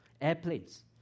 airplanes